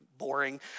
boring